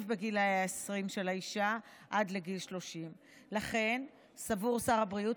בגילאי ה-20 של האישה עד לגיל 30. לכן סבור שר הבריאות